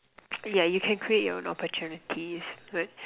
yeah you can create your own opportunities like